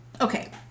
Okay